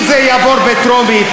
אם זה יעבור בטרומית,